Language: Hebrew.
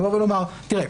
לומר: תראה,